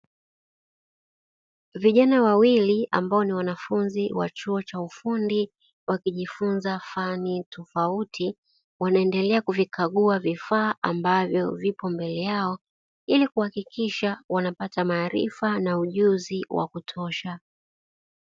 Vijana wawili ambao ni wanafunzi wa chuo cha ufundi wakijifunza fani tofauti. Wanaendelea kuvikagua vifaa ambavyo viko mbele yao, ili kuhakikisha wanapata maarifa na ujuzi wa kutosha.